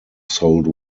sold